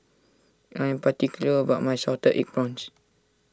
I am particular about my Salted Egg Prawns